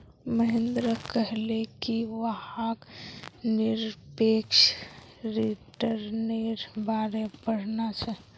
महेंद्र कहले कि वहाक् निरपेक्ष रिटर्न्नेर बारे पढ़ना छ